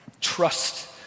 trust